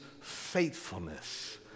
faithfulness